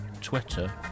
Twitter